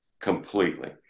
completely